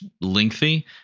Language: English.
lengthy